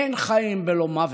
אין חיים בלא מוות,